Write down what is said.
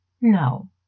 no